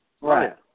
right